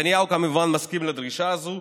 נתניהו כמובן מסכים לדרישה הזו,